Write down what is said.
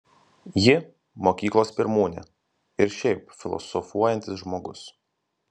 ji mokyklos pirmūnė ir šiaip filosofuojantis žmogus